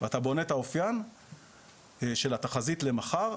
אתה בונה את האופיין של התחזית למחר,